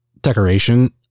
decoration